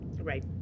Right